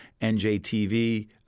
NJTV